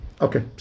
Okay